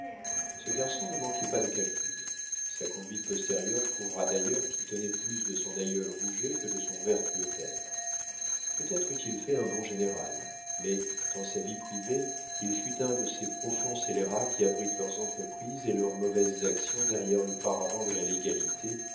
ce garçon ne manquait pas de calcul sa conduite postérieure prouvera d'ailleurs qu'il tenait plus de son aïeul rouget que de son vertueux père peut-être eût-il fait un bon général mais dans sa vie privée il fut un de ces profonds scélérats qui abritent leurs entreprises et leurs mauvaises actions derrière le paravent de la légalité